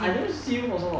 I didn't see him for so long